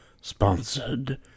Sponsored